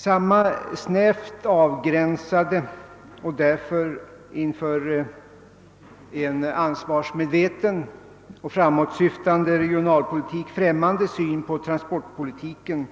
Samma snävt avgränsade och därför inför en ansvarsmedveten och framåtsyftande regionalpolitik främmande syn på transportpolitiken